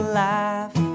laugh